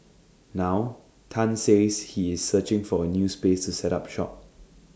now Tan says he is searching for A new space to set up shop